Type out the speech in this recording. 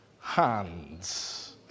hands